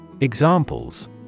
Examples